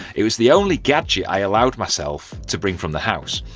it was the only gadget i allowed myself to bring from the house.